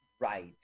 Right